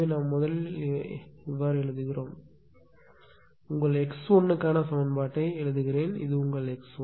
எனவே நாம் முதலில் எப்படி எழுதுகிறோம் என்று பாருங்கள் உங்கள் x1 க்கான சமன்பாட்டை எழுதுங்கள் இது உங்கள் x1